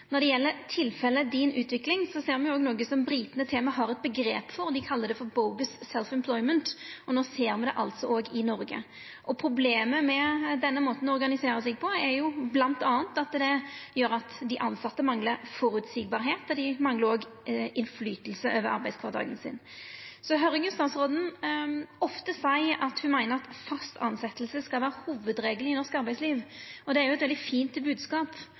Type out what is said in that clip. Når det gjeld tilfellet Din Utvikling, ser me òg noko som britane til og med har eit omgrep for, som dei kallar «bogus self-employment» – og no ser me det altså også i Noreg. Problemet med denne måten å organisera seg på, er bl.a. at det gjer at dei tilsette manglar føreseielegheit, dei manglar òg påverknad på arbeidskvardagen sin. Så høyrer eg statsråden ofte seia at ho meiner at fast tilsetjing skal vera hovudregelen i norsk arbeidsliv. Det er jo ein veldig fin bodskap,